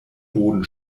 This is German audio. boden